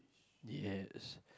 yes